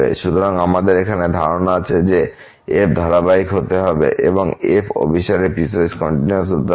সুতরাং আমাদের এখানে ধারণা আছে যে f ধারাবাহিক হতে হবে এবং f অভিসারের পিসওয়াইস কন্টিনিউয়াস হতে হবে